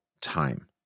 time